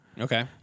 Okay